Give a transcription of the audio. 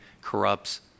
corrupts